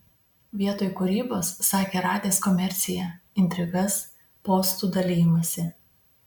vietoj kūrybos sakė radęs komerciją intrigas postų dalijimąsi